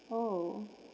oh